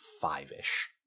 five-ish